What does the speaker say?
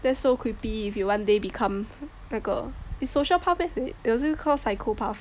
that's so creepy if you one day become 那个 it's sociopath meh or is it called psychopath